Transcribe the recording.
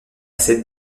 cette